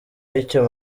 y’icyo